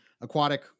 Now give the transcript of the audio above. aquatic